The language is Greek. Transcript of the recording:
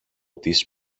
της